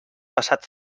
passat